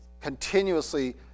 continuously